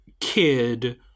kid